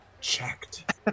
checked